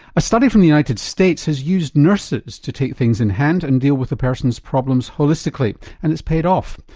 a study from the united states has used nurses to take things in hand and deal with the person's problems holistically and it's paid off.